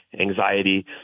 anxiety